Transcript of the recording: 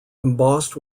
embossed